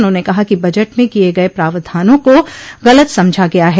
उन्होंने कहा कि बजट में किये गये प्रावधानों को गलत समझा गया ह